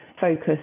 focus